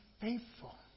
faithful